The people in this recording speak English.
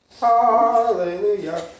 Hallelujah